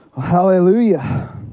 Hallelujah